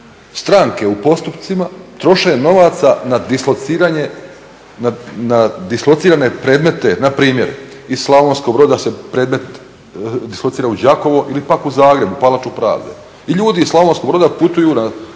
stranke u postupcima troše novaca na dislocirane predmete. Na primjer iz Slavonskog Broda se predmet dislocira u Đakovo ili pak u Zagreb, u palaču pravde i ljudi iz Slavonskog Broda putuju na